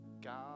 God